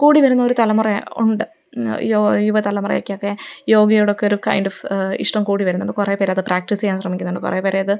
കൂടിവരുന്ന ഒരു തലമുറയുണ്ട് ഇന്ന് യുവ തലമുറയ്ക്കൊക്കെ യോഗയോടൊക്കെ ഒരു കൈന്ഡോഫ് ഇഷ്ടം കൂടി വരുന്നുണ്ട് കുറേ പേരത് പ്രാക്ടീസിയ്യാന് ശ്രമിക്കുന്നുണ്ട് കുറേ പേരത്